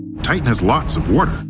titan has lots of water.